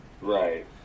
Right